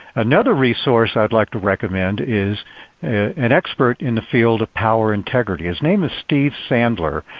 another resource i'd like to recommend is an expert in the field of power integrity. his name is steve sandler.